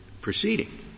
proceeding